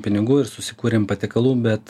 pinigų ir susikūrėm patiekalų bet